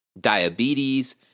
Diabetes